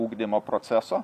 ugdymo proceso